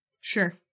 Sure